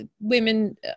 women